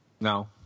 No